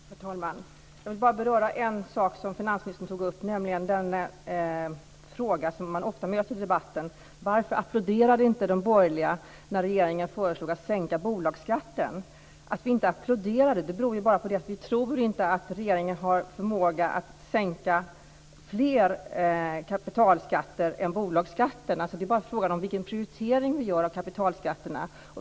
Herr talman! Jag vill bara beröra en sak som finansministern tog upp, nämligen den fråga som man ofta möter i debatten: Varför applåderade inte de borgerliga när regeringen föreslog att sänka bolagsskatten? Att vi inte applåderade beror på att vi inte tror på att regeringen har förmåga att sänka fler kapitalskatter än bolagsskatter. Det är bara fråga om vilken prioritering vi gör av kapitalskatterna.